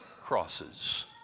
crosses